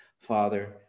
Father